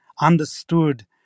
Understood